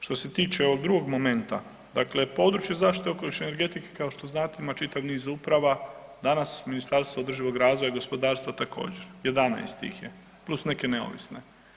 Što se tiče ovog drugog momenta, dakle područje zaštite okoliša i energetike kao što znate kao što znate ima čitav niz uprava, danas Ministarstvo održivog razvoja i gospodarstva također 11 ih je plus neke neovisne.